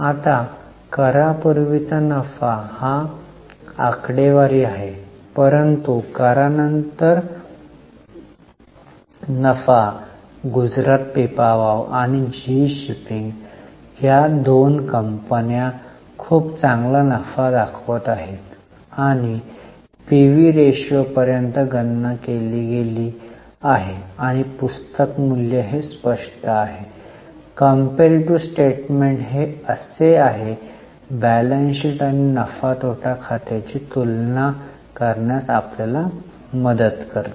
आता करा पूर्वीचा नफा हा आकडेवारी आहे पुन्हा करानंतर नफा गुजरात पीपावाव आणि जीई शिपिंग या दोन कंपन्या खूप चांगला नफा दाखवत आहेत आणि पी व्हि रेशो पर्यंत गणना केली गेली आहे आणि पुस्तक मूल्य हे स्पष्ट आहे कंपेरीटीव्ह स्टेटमेंट हे असे आहे बॅलन्स शीट आणि नफा तोटा खाते ची तुलना करण्यास आपल्याला मदत करते